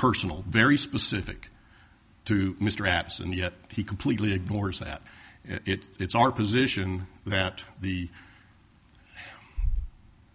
personal very specific to mr apps and yet he completely ignores that it's our position that the